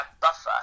buffer